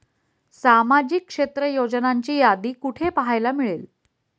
सामाजिक क्षेत्र योजनांची यादी कुठे पाहायला मिळेल?